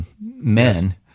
men